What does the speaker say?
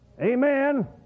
Amen